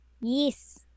Yes